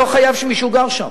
לא חייב להיות שמישהו גר שם.